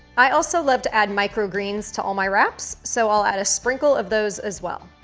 i also love to add microgreens to all my wraps, so i'll add a sprinkle of those as well.